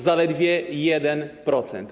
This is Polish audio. Zaledwie 1%.